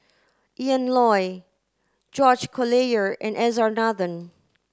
Ian Loy George Collyer and S R Nathan